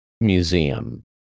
Museum